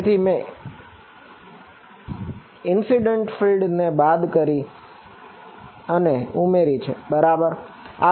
તેથી મેં incident field ને બાદ કરી અને ઉમેરી છે બરાબર